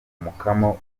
umukamo